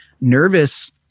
Nervous